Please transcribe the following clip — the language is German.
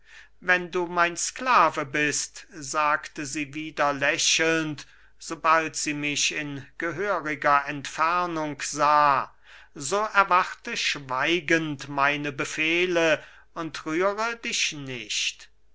wenn du mein sklave bist sagte sie wieder lächelnd sobald sie mich in gehöriger entfernung sah so erwarte schweigend meine befehle und rühre dich nicht